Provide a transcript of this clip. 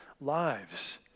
lives